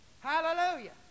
Hallelujah